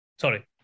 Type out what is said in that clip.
sorry